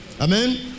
Amen